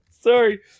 Sorry